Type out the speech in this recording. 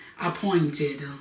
appointed